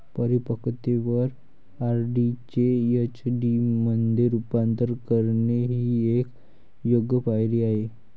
परिपक्वतेवर आर.डी चे एफ.डी मध्ये रूपांतर करणे ही एक योग्य पायरी आहे